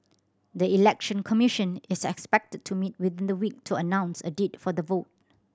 the Election Commission is expected to meet within the week to announce a date for the vote